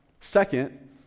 second